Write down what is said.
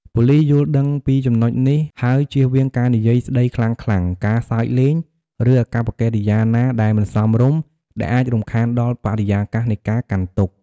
ប៉ូលីសយល់ដឹងពីចំណុចនេះ ហើយជៀសវាងការនិយាយស្តីខ្លាំងៗ ការសើចលេង ឬអាកប្បកិរិយាណាដែលមិនសមរម្យដែលអាចរំខានដល់បរិយាកាសនៃការកាន់ទុក្ខ។